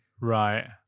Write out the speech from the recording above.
Right